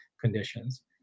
conditions